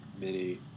mini –